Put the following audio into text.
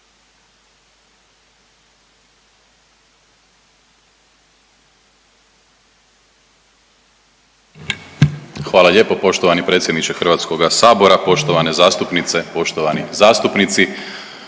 Hvala lijepo poštovani predsjedniče HS, poštovane zastupnice i poštovani zastupnici.